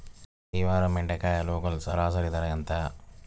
ఈ వారం బెండకాయ లోకల్ సరాసరి ధర ఎంత?